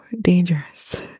dangerous